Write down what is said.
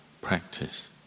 practice